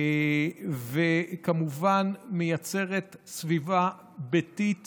וכמובן מייצרת סביבה ביתית